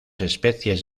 especies